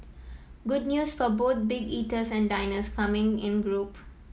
good news for both big eaters and diners coming in group